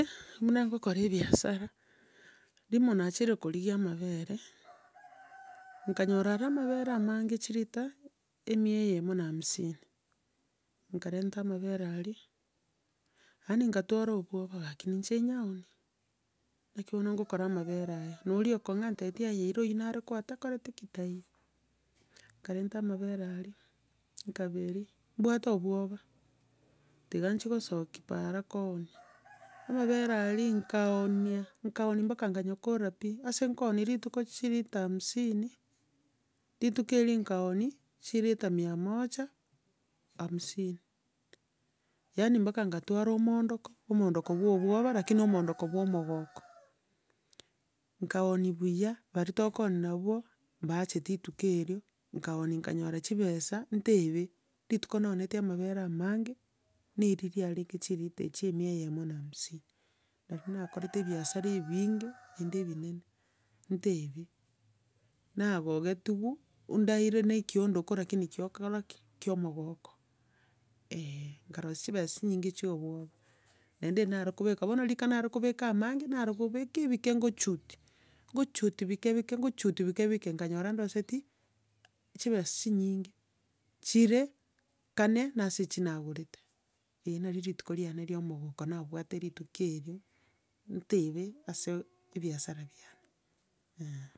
buna ngokora ebiasara, rimo naachirie korigia amabere, nkanyora aro amabere amange chirita emia eyemo na hamsini, nkarenta amabere aria, yaani nkatwara obwoba gaki ninche niyaonia? Naki bono ngokora amabere aya, na oria okong'a antebetie, aye ira oyio nare koa takoreti ki? Taiyo. Nkareta amabere aria, nkaberia, mbwate obwoba, tiga nchie kosokia para koonia, amabere aria nkaonia, nkaonia mpaka nkanyakora pi, ase nkoonia rituko chirita hamsini, rituko erio nkaonia chirita mia mocha, hamsini. Yanni mpaka nkatwara omoondoko, omoondoko bwa obwoba, lakini na omoondoko bwa omogoko. Nkaoonia buya, baria tokoonia nabwo, mbacheti tuko erio, nkaonia nkanyora chibesa, nitaebe, rituko naonetia amabere amange, niriria yarenge chirita echio emia eyemo na hamsini nario nakorete ebiasara ebinge, naende ebinene, ntaebe. Nagogetiwe, o- ndaire na ekiondoko lakini kiokora ki? kia omogoko, eh. Nkarosia chibesa chinyinge chia obwoba, naende naare kobeka, bono rika nare kobeka amange, nare kobeka ebike nkochutia, nkochutia bike bike, nkochutia bike bike, nkanyora ndosetie, chibesa chinyinge, chire kane nase echi nagorete, eh nari rituko riane ria omogoko nabwate rituko erio, ntaebe ase ebiasara biane.